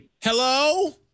Hello